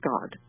God